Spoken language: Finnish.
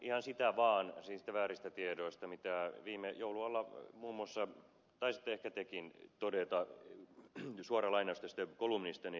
ihan sitä vaan mitä viime joulun alla muun muassa taisitte ehkä tekin todeta suora lainaus tästä kolumnistani